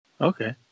okay